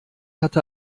hatte